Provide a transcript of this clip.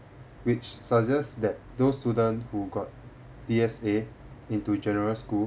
which suggest that those student who got D_S_A into general school